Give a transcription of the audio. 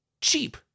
cheap